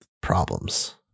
problems